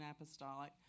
apostolic